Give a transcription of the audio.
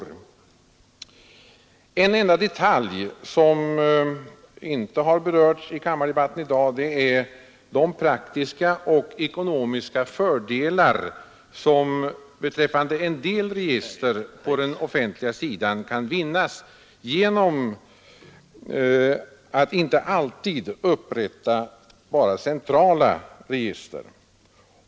Jag vill mycket kort beröra en enda detalj som inte har berörts i kammardebatten i dag. Det gäller de praktiska och ekonomiska fördelar som beträffande en del register på den offentliga sidan kan vinnas genom att inte alltid upprätta bara centrala register.